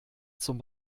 zum